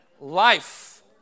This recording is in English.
life